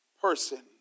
person